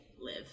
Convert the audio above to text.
live